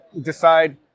decide